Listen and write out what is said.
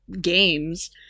games